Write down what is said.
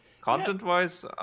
Content-wise